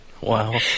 Wow